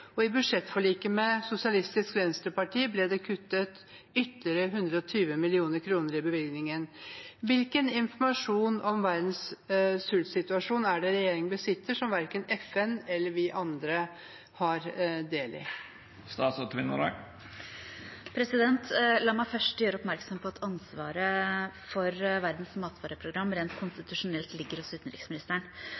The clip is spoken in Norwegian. og i budsjettforliket med Sosialistisk Venstreparti ble det kuttet ytterligere 120 mill. kr i bevilgningen. Hvilken informasjon om verdens sultsituasjon er det regjeringen besitter, som hverken FN eller vi andre har del i?» La meg først gjøre oppmerksom på at ansvaret for Verdens matvareprogram rent